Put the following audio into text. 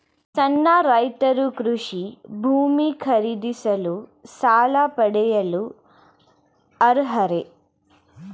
ಸಣ್ಣ ರೈತರು ಕೃಷಿ ಭೂಮಿ ಖರೀದಿಸಲು ಸಾಲ ಪಡೆಯಲು ಅರ್ಹರೇ?